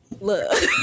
look